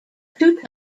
two